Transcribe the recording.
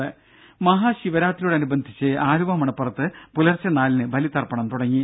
രുര മഹാശിവരാത്രിയോടനുബന്ധിച്ച് ആലുവാ മണപ്പുറത്ത് പുലർച്ചെ നാലിന് ബലിതർപ്പണം തുടങ്ങി